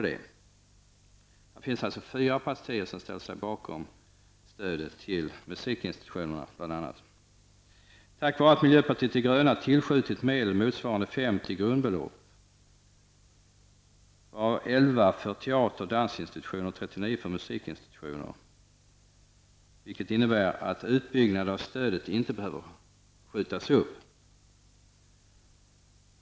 Det är alltså fyra partier som ställer sig bakom framlagda förslag om stöd till bl.a. Tack vare att vi i miljöpartiet de gröna har tillskjutit medel motsvarande 50 grundbelopp -- 11 för teateroch dansinstitutioner och 39 för musikinstitutioner -- behöver en utbyggnad av stödet inte skjutas upp.